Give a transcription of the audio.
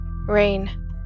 rain